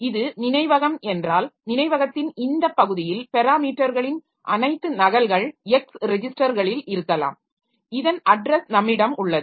இது நினைவகம் என்றால் நினைவகத்தின் இந்த பகுதியில் பெராமீட்டர்களின் அனைத்து நகல்கள் X ரெஜிஸ்டர்களில் இருக்கலாம் இதன் அட்ரஸ் நம்மிடம் உள்ளது